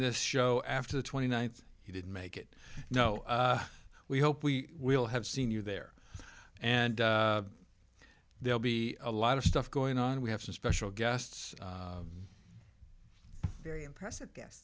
this show after the twenty ninth he didn't make it you know we hope we will have seen you there and they'll be a lot of stuff going on we have some special guests very impressive gues